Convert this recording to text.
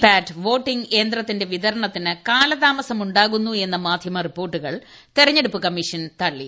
പാറ്റ് voting യന്ത്രത്തിന്റെ വിതരണത്തിന് കാല താമസമു ാകുന്നു എന്ന മാധ്യമ റിപ്പോർട്ടുകൾ തെരൂഞ്ഞെടുപ്പ് കമ്മീഷൻ തള്ളി